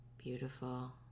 Beautiful